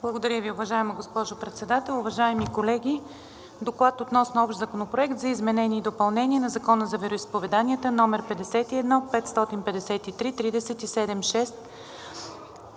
Благодаря Ви, уважаема госпожо Председател. Уважаеми колеги! „Доклад относно Общ законопроект за изменение и допълнение на Закона за вероизповеданията, № 51-553-37-6,